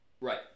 Right